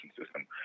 system